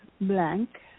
blank